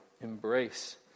Embrace